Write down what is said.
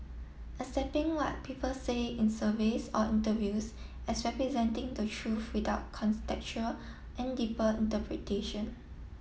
accepting what people say in surveys or interviews as representing the truth without contextual and deeper interpretation